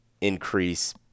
increase